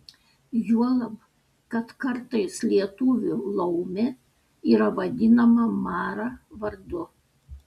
juolab kad kartais lietuvių laumė yra vadinama mara vardu